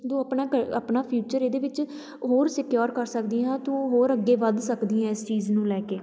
ਤੂੰ ਆਪਣਾ ਕ ਆਪਣਾ ਫਿਊਚਰ ਇਹਦੇ ਵਿੱਚ ਹੋਰ ਸਿਕਿਓਰ ਕਰ ਸਕਦੀ ਹਾਂ ਤੂੰ ਹੋਰ ਅੱਗੇ ਵੱਧ ਸਕਦੀ ਹੈ ਇਸ ਚੀਜ਼ ਨੂੰ ਲੈ ਕੇ